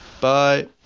Bye